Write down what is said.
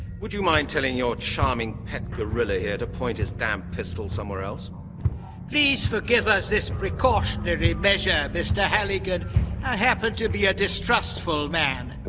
would you mind telling your charming pet gorilla here to point his damn pistol somewhere else? sinclair please forgive us this precautionary measure, mr. halligan. i happen to be a distrustful man.